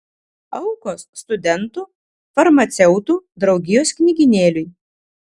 aukos studentų farmaceutų draugijos knygynėliui